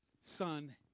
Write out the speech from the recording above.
son